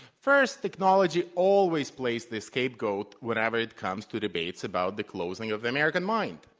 first, technology always plays the scapegoat whenever it comes to debates about the closing of the american mind.